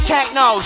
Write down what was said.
Techno